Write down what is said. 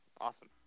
Awesome